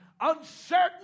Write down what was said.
Uncertain